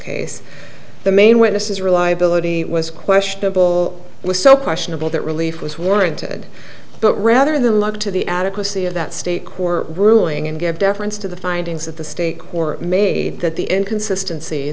case the main witness is reliability was questionable was so questionable that relief was warranted but rather than look to the adequacy of that state court ruling and gave deference to the findings that the state court made that the inconsistency